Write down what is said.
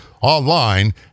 online